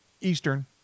Eastern